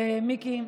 מיקי,